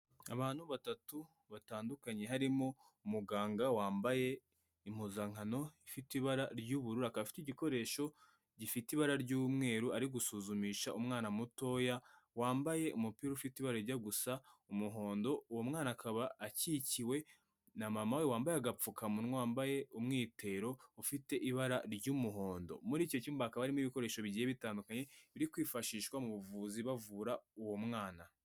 Abantu batatu batandukanye harimo umuganga wambaye impuzankano ifite ibara ry'ubururu akaba afite igikoresho gifite ibara ry'umweru ari gusuzumisha umwana mutoya wambaye umupira ufite ibara rijya gusa umuhondo uwo mwana akaba akikiwe na mama we wambaye agapfukamunwa wambaye umwitero ufite ibara ry'umuhondo, muri icyo cyumba hakaba harimo ibikoresho bigiye bitandukanye biri kwifashishwa mu buvuzi bavura uwo mwana.